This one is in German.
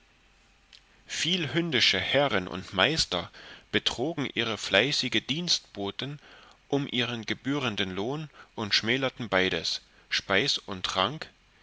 viel hündische herren und meister betrogen ihre fleißige dienstboten umb ihren gebührenden lohn und schmälerten beides speis und trank